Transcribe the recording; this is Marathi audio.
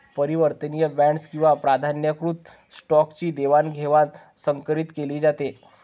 परिवर्तनीय बॉण्ड्स किंवा प्राधान्यकृत स्टॉकची देवाणघेवाण संकरीत केली जाते